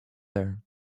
there